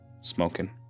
smoking